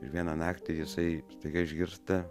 ir vieną naktį jisai staiga išgirsta